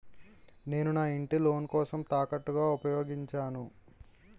నేను నా ఇంటిని లోన్ కోసం తాకట్టుగా ఉపయోగించాను